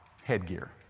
headgear